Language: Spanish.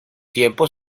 tiempo